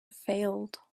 failed